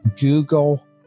Google